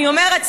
אני אומרת,